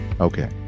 Okay